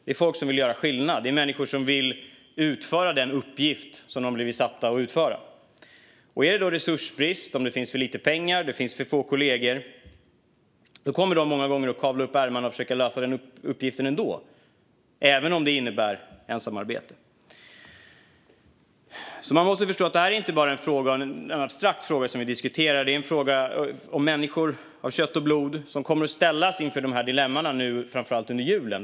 Det är folk som vill göra skillnad, och det är människor som vill utföra den uppgift som de har blivit satta att utföra. Om det är resursbrist, det finns för lite pengar eller för få kollegor, kommer de många gånger att kavla upp ärmarna och försöka lösa den uppgiften ändå även om det innebär ensamarbete. Man måste förstå att det här inte enbart är en abstrakt fråga vi diskuterar, utan det är en fråga som berör människor av kött och blod som kommer att ställas inför dessa dilemman framför allt under julen.